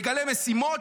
מגלה משימות,